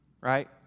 right